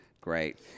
Great